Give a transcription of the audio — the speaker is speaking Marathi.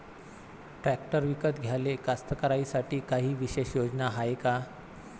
ट्रॅक्टर विकत घ्याले कास्तकाराइसाठी कायी विशेष योजना हाय का?